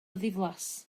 ddiflas